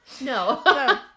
No